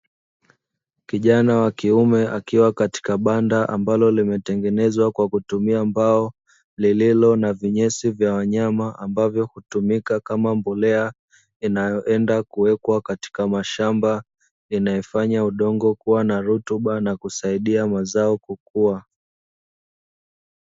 Kijana wa kiume akiwa katika banda ambali limetengenezwa kwa kutumia mbao, lililo na vinyesi vya wanyama ambavyo hutumika kama mbolea inayoenda kutumika katika mashamba inayofanya udongo kuwa na rutuba na kusaidia mazao kukua.